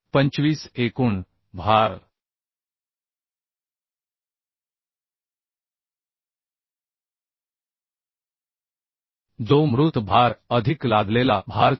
25 एकूण भार जो मृत भार अधिक लादलेला भार 4